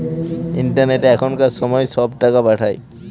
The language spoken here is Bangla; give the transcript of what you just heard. ইন্টারনেটে এখনকার সময় সব টাকা পাঠায়